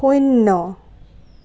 শূন্য